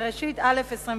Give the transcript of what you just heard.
בראשית א', כ"ז.